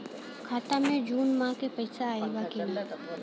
खाता मे जून माह क पैसा आईल बा की ना?